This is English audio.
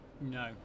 No